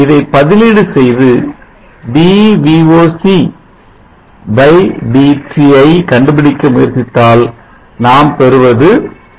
இதை பதிலீடு செய்து dVOCdT ஐ கண்டுபிடிக்க முயற்சித்தால் நாம் பெறுவது dVOC VOC VGO m